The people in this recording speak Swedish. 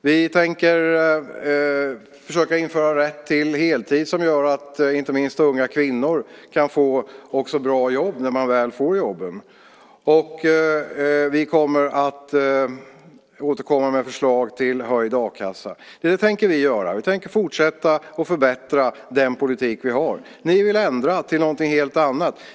Vi tänker försöka införa rätt till heltid så att inte minst unga kvinnor kan få bra jobb när de väl får jobben. Vi kommer att återkomma med förslag till höjd a-kassa. Det tänker vi göra. Vi tänker fortsätta att förbättra den politik vi har. Ni vill ändra till någonting helt annat.